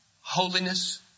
holiness